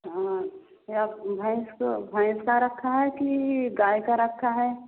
हाँ या भेंस को भेंस का रखा है कि गाय का रखा है